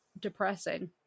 depressing